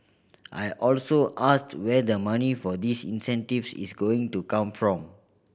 I also asked where the money for these incentives is going to come from